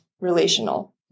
relational